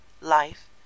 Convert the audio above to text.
life